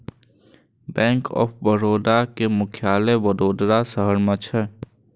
bank of Baroda के मुख्यालय वडोदरा शहर मे छै